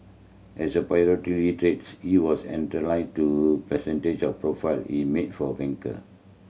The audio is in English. as a proprietary trades he was to percentage of profile he made for a banker